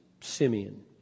Simeon